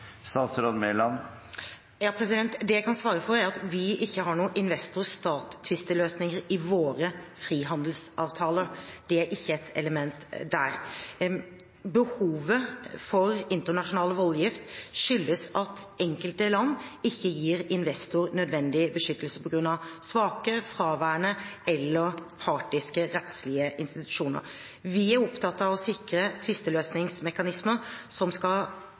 Det jeg kan svare på, er at vi ikke har noen investor–stat-tvisteløsninger i våre frihandelsavtaler. Det er ikke et element der. Behovet for internasjonal voldgift skyldes at enkelte land ikke gir investor nødvendig beskyttelse pga. svake, fraværende eller partiske rettslige institusjoner. Vi er opptatt av å sikre tvisteløsningsmekanismer som skal